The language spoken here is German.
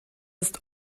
ist